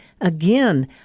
again